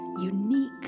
unique